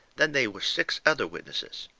then they was six other witnesses.